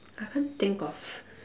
I can't think of